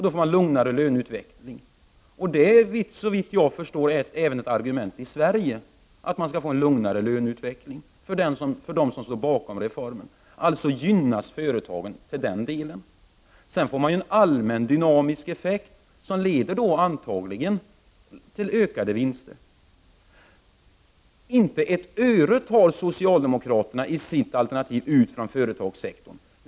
Då får man lugnare löneutveckling. Såvitt jag förstår är en lugnare löneutveckling även ett argument i Sverige för den som står bakom reformen. Alltså gynnas företagen till den delen. Sedan får man en allmän dynamisk effekt som antagligen leder till ökade vinster. Inte ett öre tar socialdemokraterna i sitt alternativ från företagssektorn.